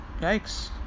Yikes